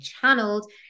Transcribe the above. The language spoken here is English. channeled